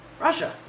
Russia